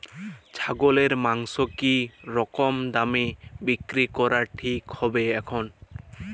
ছাগলের মাংস কী রকম দামে বিক্রি করা ঠিক হবে এখন?